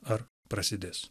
ar prasidės